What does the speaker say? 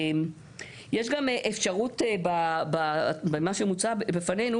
יש גם אפשרות במה שמוצע בפנינו,